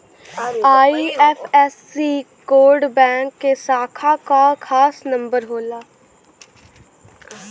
IFSC code bank के शाखा क खास नंबर होला